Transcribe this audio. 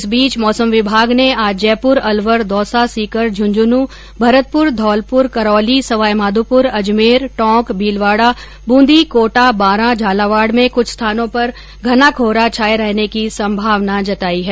इस बीच मौसम विभाग ने आज जयपुर अलवर दौसा सीकर झुझुनू मरतपुर घौलपुर करौली सवाईमाघोपुर अजमेर टोंक भीलवाडा बूंदी कोटा बारा झालावाड़ में कुछ स्थानों पर घना कोहरा छाये रहने की संभावना जतायी है